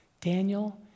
Daniel